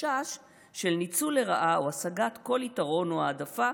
חשש של ניצול לרעה או השגת כל יתרון או העדפה